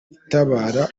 itabara